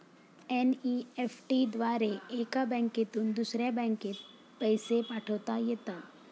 NEFT द्वारे एका बँकेतून दुसऱ्या बँकेत पैसे पाठवता येतात